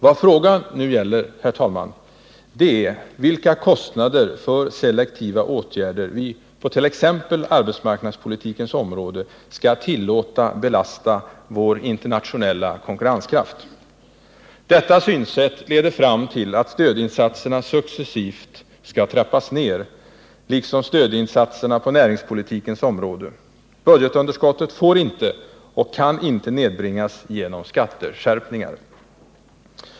Vad frågan nu gäller, herr talman, är vilka kostnader för selektiva åtgärder vi på t.ex. arbetsmarknadspolitikens område skall tillåta belasta vår internationella konkurrenskraft. Detta leder fram till att stödinsatserna successivt skall trappas ned, liksom stödinsatserna på näringspolitikens område. Budgetunderskottet får inte och kan inte nedbringas genom skatteskärpningar!